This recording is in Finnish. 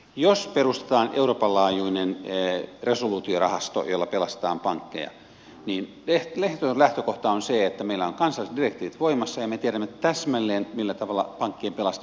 jos perustetaan euroopan laajuinen resoluutiorahasto jolla pelastetaan pankkeja niin ehdoton lähtökohta on se että meillä ovat kansalliset direktiivit voimassa ja me tiedämme täsmälleen millä tavalla pankkien pelastaminen tapahtuu